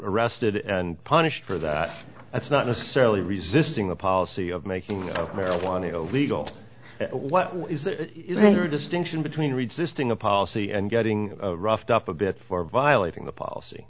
arrested and punished for that that's not necessarily resisting the policy of making marijuana legal distinction between resisting a policy and getting roughed up a bit for violating the policy